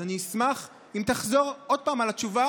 אז אני אשמח אם תחזור עוד פעם על התשובה